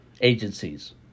agencies